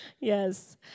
Yes